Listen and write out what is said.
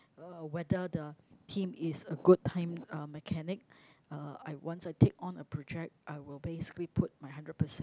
uh whether the team is a good time uh mechanic uh I once I take on a project I will basically put my hundred percent